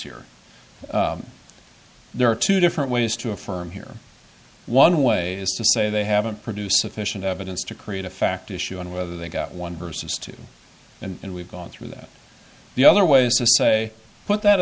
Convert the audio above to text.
here there are two different ways to affirm here one way is to say they haven't produced sufficient evidence to create a fact issue on whether they got one vs two and we've gone through that the other way is to say put that